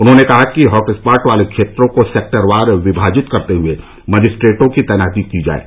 उन्होंने कहा कि हॉट स्पाट वाले क्षेत्रों को सेक्टरवार विभाजित करते हुए मजिस्ट्रेटों की तैनाती की जाये